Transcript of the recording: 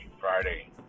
Friday